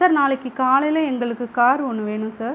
sir நாளைக்கு காலையில் எங்களுக்கு கார் ஒன்று வேணும் சார்